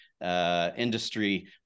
industry